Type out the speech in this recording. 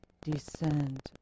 descend